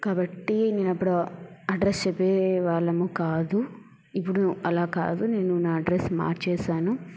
కాబట్టి నేను అప్పుడు అడ్రెస్ చెప్పేవాళ్ళము కాదు ఇప్పుడు అలా కాదు నేను నా అడ్రెస్ మార్చేశాను